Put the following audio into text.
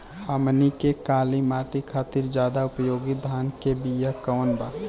हमनी के काली माटी खातिर ज्यादा उपयोगी धान के बिया कवन बा?